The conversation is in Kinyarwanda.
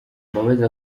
mbabazi